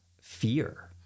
fear